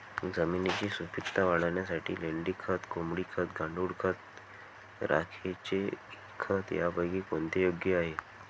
जमिनीची सुपिकता वाढवण्यासाठी लेंडी खत, कोंबडी खत, गांडूळ खत, राखेचे खत यापैकी कोणते योग्य आहे?